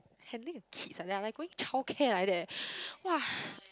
handling a kids like that I like going child care like that !wah!